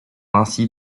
ainsi